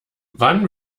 wann